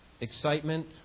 excitement